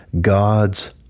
God's